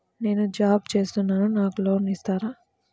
నేను జాబ్ చేస్తున్నాను నాకు లోన్ ఇస్తారా?